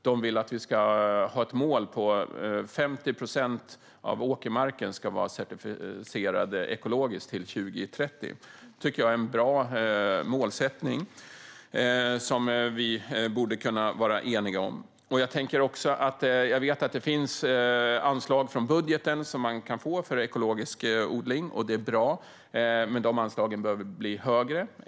Där vill man att det ska finnas ett mål om att 50 procent av åkermarken ska vara ekologiskt certifierad till 2030. Det är en bra målsättning, tycker jag, som vi borde kunna vara eniga om. Jag vet att det finns anslag i budgeten som man kan få för ekologisk odling, vilket är bra. Men anslagen behöver bli högre.